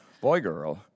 boy-girl